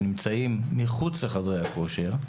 שנמצאים מחוץ לחדרי הכושר,